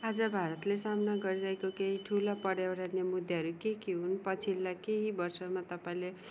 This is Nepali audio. आज भारतले सामना गरिरहेको केही ठुला पर्यावरणीय मुद्दाहरू के के हुन् पछिल्ला केही वर्षमा तपाईँले